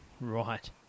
Right